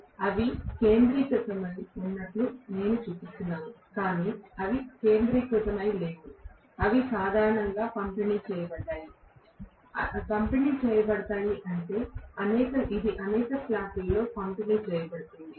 అవి కేంద్రీకృతమై ఉన్నట్లు నేను చూపిస్తున్నాను కాని అవి కేంద్రీకృతమై లేవు అవి సాధారణంగా పంపిణీ చేయబడతాయి పంపిణీ చేయబడతాయి అంటే ఇది అనేక స్లాట్ల లో పంపిణీ చేయబడుతోంది